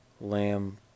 Lamb